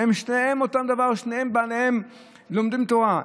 שתיהן אותו דבר, בשתיהן הבעלים לומדים תורה.